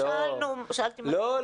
לא,